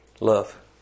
love